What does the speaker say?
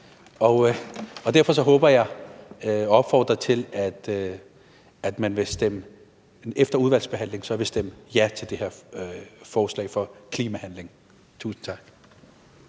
og derfor håber jeg og opfordrer jeg til, at man efter udvalgsbehandlingen vil stemme ja til det her forslag, som er et udtryk for klimahandling. Tusind tak.